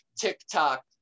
TikTok